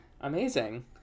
Amazing